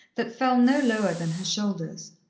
that fell no lower than her shoulders.